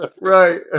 Right